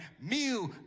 mu